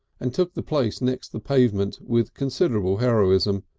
and took the place next the pavement with considerable heroism,